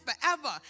forever